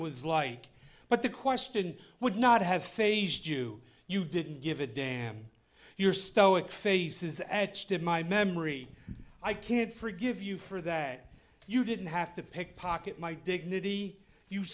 was like but the question would not have fazed you you didn't give a damn your stoic faces and my memory i can't forgive you for that you didn't have to pick pocket my dignity you